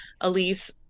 Elise